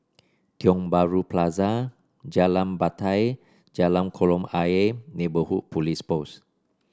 Tiong Bahru Plaza Jalan Batai Jalan Kolam Ayer Neighbourhood Police Post